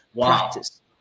Practice